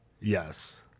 Yes